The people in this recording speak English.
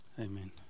Amen